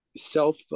self